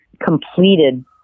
Completed